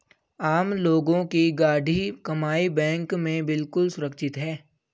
आम लोगों की गाढ़ी कमाई बैंक में बिल्कुल सुरक्षित है